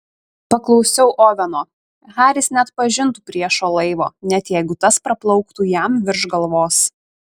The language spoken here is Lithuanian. paklausiau oveno haris neatpažintų priešo laivo net jeigu tas praplauktų jam virš galvos